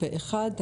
הצבעה אושרה.